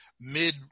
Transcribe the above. mid